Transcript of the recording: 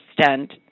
stent